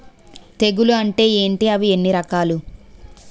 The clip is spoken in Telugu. తెగులు అంటే ఏంటి అవి ఎన్ని రకాలు?